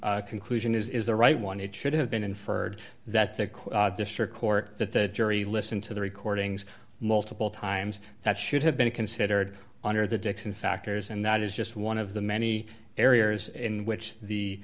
honour's conclusion is the right one it should have been inferred that that quote district court that the jury listen to the recordings multiple times that should have been considered under the diction factors and that is just one of the many areas in which the